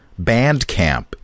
Bandcamp